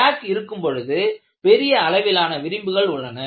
crack இருக்கும் பொழுது பெரிய அளவிலான விளிம்புகள் உள்ளன